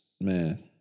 man